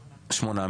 שמונה.